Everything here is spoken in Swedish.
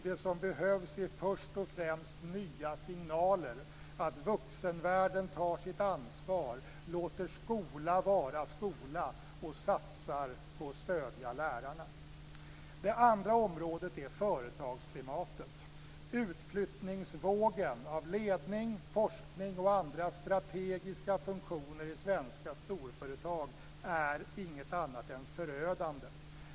Det som behövs är först och främst nya signaler - att vuxenvärlden tar sitt ansvar, låter skola vara skola och satsar på att stödja lärarna. Det andra området är företagsklimatet. Utflyttningsvågen beträffande ledning, forskning och andra strategiska funktioner i svenska storföretag är inget annat än förödande.